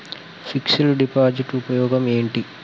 Fix డ్ deposit ఉపయోగం ఏంటి?